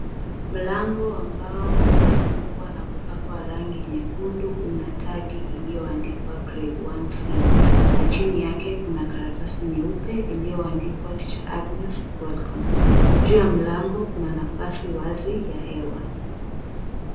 Mlango wa mbao uliofungwa na kupakwa rangi nyekundu una tagi iliyoandikwa "Grade 1C". Na chini yake kuna karatasi nyeupe iliyoandikwa, "Tr. Agnes Welcome". Juu ya mlango kuna nafasi wazi ya hewa.